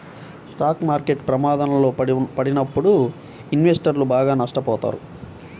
stock market ప్రమాదంలో పడినప్పుడు ఇన్వెస్టర్లు బాగా నష్టపోతారు